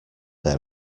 there